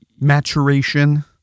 Maturation